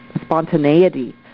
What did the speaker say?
spontaneity